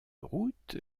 route